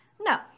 No